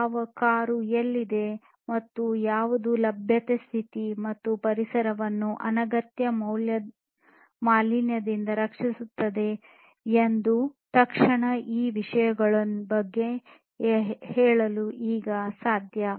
ಯಾವ ಕಾರು ಎಲ್ಲಿದೆ ಮತ್ತು ಯಾವುದು ಲಭ್ಯತೆ ಸ್ಥಿತಿ ಮತ್ತು ಪರಿಸರವನ್ನು ಅನಗತ್ಯ ಮಾಲಿನ್ಯದಿಂದ ರಕ್ಷಿಸುತ್ತದೆ ಎಂದು ತಕ್ಷಣ ಈ ವಿಷಯಗಳು ಬಗ್ಗೆ ಹೇಳಲು ಈಗ ಸಾಧ್ಯ